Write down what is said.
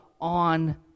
on